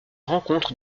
rencontre